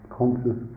conscious